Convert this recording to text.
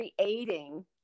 creating